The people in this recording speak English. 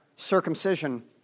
circumcision